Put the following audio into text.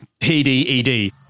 PDED